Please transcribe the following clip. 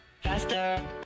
faster